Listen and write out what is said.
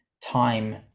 time